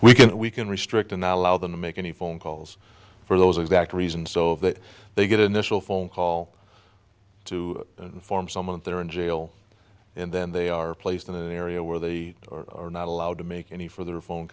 can we can restrict unalloyed them to make any phone calls for those exact reason so that they get initial phone call to inform someone they are in jail and then they are placed in an area where they are not allowed to make any for their phone